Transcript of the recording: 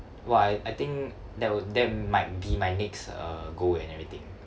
!wah! I I think that would that might be my next uh goal and everything